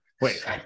Wait